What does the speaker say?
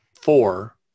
four